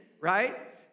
right